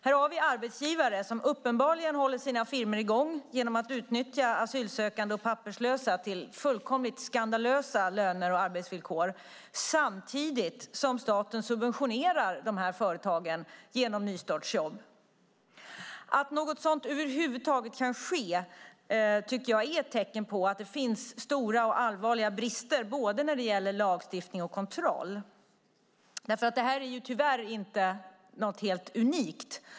Här har vi arbetsgivare som uppenbarligen håller sina firmor i gång genom att utnyttja asylsökande och papperslösa till fullkomligt skandalösa löner och arbetsvillkor samtidigt som staten genom nystartsjobb subventionerar dessa företag. Att något sådant över huvud taget kan ske är ett tecken på att det finns stora och allvarliga brister både när det gäller lagstiftning och kontroll. Det här är tyvärr inte något unikt.